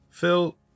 Phil